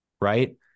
right